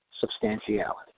substantiality